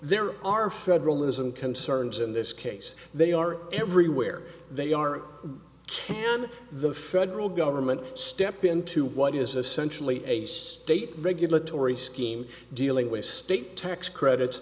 there are federalism concerns in this case they are everywhere they are can the federal government step in to what is essentially a state regulatory scheme dealing with state tax credits